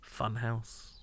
Funhouse